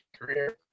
career